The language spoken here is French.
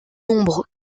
nombres